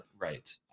right